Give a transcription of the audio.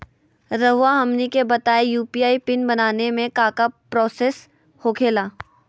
रहुआ हमनी के बताएं यू.पी.आई पिन बनाने में काका प्रोसेस हो खेला?